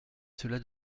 cela